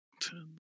ten